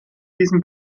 diesem